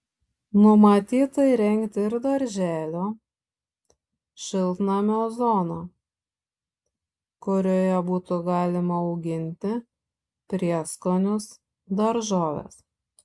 numatyta įrengti ir darželio šiltnamio zoną kurioje būtų galima auginti prieskonius daržoves